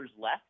less